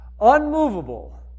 unmovable